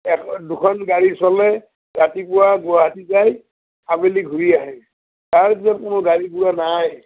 দুখন গাড়ী চলে ৰাতিপুৱা গুৱাহাটী যাই আবেলি ঘূৰি আহে তাৰ পিছত কোনো গাড়ী গোড়া নাই